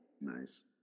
Nice